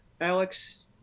Alex